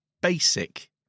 basic